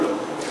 או לא?